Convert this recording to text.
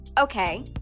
Okay